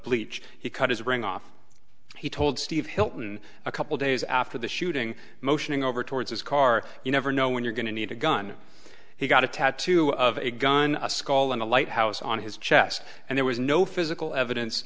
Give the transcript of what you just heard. bleach he cut his ring off he told steve hilton a couple days after the shooting motioning over towards his car you never know when you're going to need a gun he got a tattoo of a gun a skull and a lighthouse on his chest and there was no physical evidence